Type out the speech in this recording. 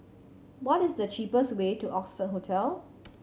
what is the cheapest way to Oxford Hotel